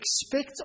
expect